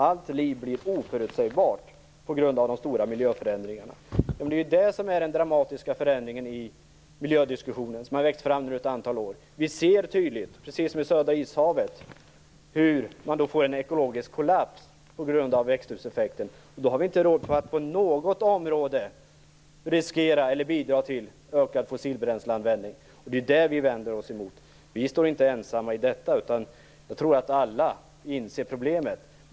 Allt liv blir oförutsägbart på grund av de stora miljöförändringarna -." Detta är den dramatiska förändring som under ett antal år har växt fram i miljödiskussionen. Vi ser tydligt, precis som i Södra ishavet, hur man får en ekologisk kollaps på grund av växthuseffekten. Vi har då inte råd att på något område riskera eller bidra till ökad fossilbränsleanvändning. Det är det som vi vänder oss emot. Vi står inte ensamma i detta, utan jag tror att alla inser problemet.